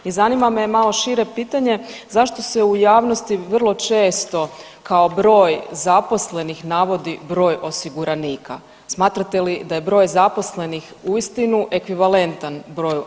I zanima me malo šire pitanje, zašto se u javnosti vrlo često kao broj zaposlenih navodi broj osiguranika, smatrate li da je broj zaposlenih uistinu ekvivalentan broju osiguranika?